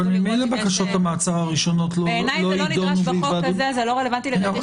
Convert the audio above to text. אבל ממילא בקשות המעצר הראשונות לא יידונו בהיוועדות חזותית.